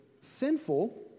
sinful